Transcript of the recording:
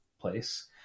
place